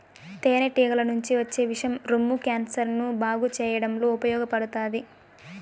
తేనె టీగల నుంచి వచ్చే విషం రొమ్ము క్యాన్సర్ ని బాగు చేయడంలో ఉపయోగపడతాది